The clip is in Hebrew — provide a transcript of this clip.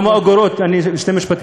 כמה אגורות, שני משפטים,